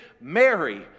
Mary